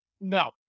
No